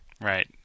Right